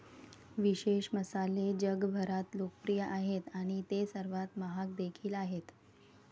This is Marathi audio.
विशेष मसाले जगभरात लोकप्रिय आहेत आणि ते सर्वात महाग देखील आहेत